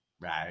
right